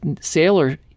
sailor